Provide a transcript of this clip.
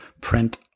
print